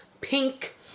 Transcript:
pink